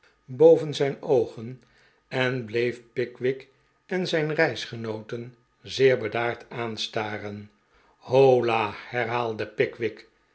boven zijn oogen en bleef pickwick en zijn reisgenooten zeer bedaard aanstaren hola herhaalde pickwick